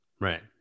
Right